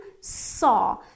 saw